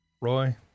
Roy